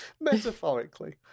Metaphorically